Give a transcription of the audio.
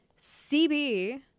cb